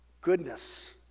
goodness